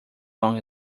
long